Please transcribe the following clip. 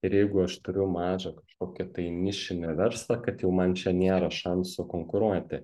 ir jeigu aš turiu mažą kažkokį tai nišinį verslą kad jau man čia nėra šansų konkuruoti